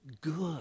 good